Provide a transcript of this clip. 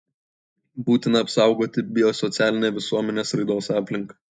būtina apsaugoti biosocialinę visuomenės raidos aplinką